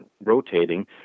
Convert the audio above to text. rotating